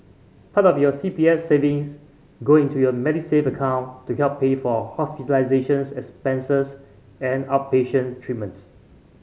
part of your C P F savings go into your Medisave account to help pay for hospitalization expenses and outpatient treatments